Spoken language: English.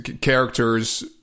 characters